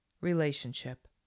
relationship